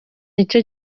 nico